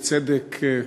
בצדק,